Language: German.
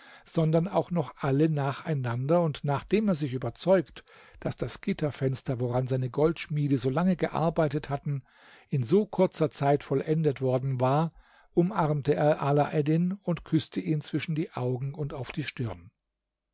sondern auch noch alle nacheinander und nachdem er sich überzeugt daß das gitterfenster woran seine goldschmiede so lange gearbeitet hatten in so kurzer zeit vollendet worden war umarmte er alaeddin und küßte ihn zwischen die augen und auf die stirn